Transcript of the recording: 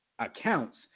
accounts